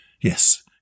Yes